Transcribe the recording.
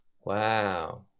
wow